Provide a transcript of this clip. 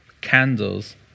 candles